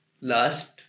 Last